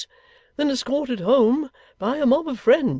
than escorted home by a mob of friends